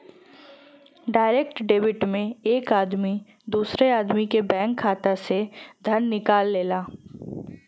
direct debit में एक आदमी दूसरे आदमी के बैंक खाता से धन निकालला